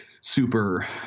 super